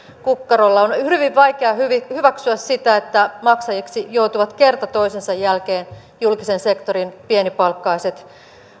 kukkarolla on hyvin vaikea hyväksyä sitä että maksajiksi joutuvat kerta toisensa jälkeen julkisen sektorin pienipalkkaiset